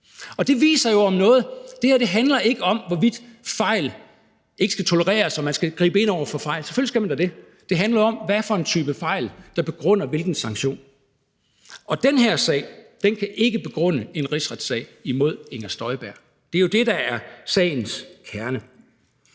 Det viser jo om noget, at det her ikke handler om, hvorvidt fejl ikke skal tolereres, og om man skal gribe ind over for fejl – selvfølgelig skal man da det – men det handler om, hvad for en type fejl der begrunder hvilken sanktion, og den her sag kan ikke begrunde en rigsretssag imod Inger Støjberg. Det er jo det, der er sagens kerne.